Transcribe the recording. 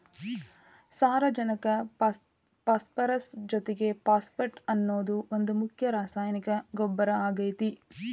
ಸಾರಜನಕ ಪಾಸ್ಪರಸ್ ಜೊತಿಗೆ ಫಾಸ್ಫೇಟ್ ಅನ್ನೋದು ಒಂದ್ ಮುಖ್ಯ ರಾಸಾಯನಿಕ ಗೊಬ್ಬರ ಆಗೇತಿ